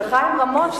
של חיים רמון,